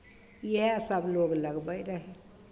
इएहसभ लोक लगबैत रहय